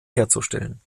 herzustellen